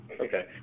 okay